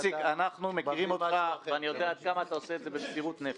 אנחנו מכירים אותך ואני יודע עד כמה אתה עושה את זה במסירות נפש.